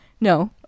No